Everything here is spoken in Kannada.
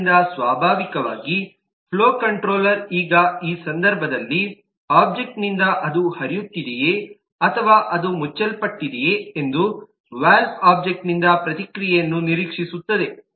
ಆದ್ದರಿಂದ ಸ್ವಾಭಾವಿಕವಾಗಿ ಫ್ಲೋ ಕಂಟ್ರೋಲರ್ ಈಗ ಈ ಸಂದರ್ಭದಲ್ಲಿ ವಾಲ್ವ್ ಒಬ್ಜೆಕ್ಟ್ನಿಂದ ಅದು ಹರಿಯುತ್ತಿದೆಯೆ ಅಥವಾ ಅದು ಮುಚ್ಚಲ್ಪಟ್ಟಿದೆಯೆ ಎಂದು ವಾಲ್ವ್ ಒಬ್ಜೆಕ್ಟ್ನಿಂದ ಪ್ರತಿಕ್ರಿಯೆಯನ್ನು ನಿರೀಕ್ಷಿಸುತ್ತದೆ